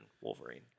Wolverine